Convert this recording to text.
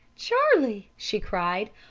charlie, she cried,